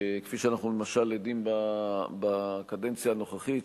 כפי שאנחנו למשל עדים בקדנציה הנוכחית,